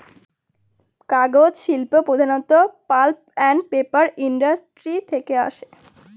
কাগজ শিল্প প্রধানত পাল্প আন্ড পেপার ইন্ডাস্ট্রি থেকে আসে